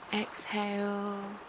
exhale